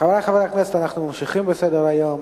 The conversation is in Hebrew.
חברי חברי הכנסת, אנחנו ממשיכים בסדר-היום.